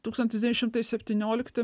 tūkstantis devyni šimtai septyniolikti